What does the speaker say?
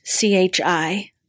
CHI